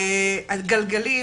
הגלגלים